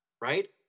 right